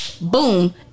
Boom